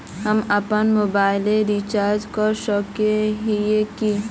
हम अपना mobile recharge कर सकय हिये की?